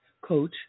coach